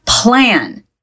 plan